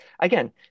again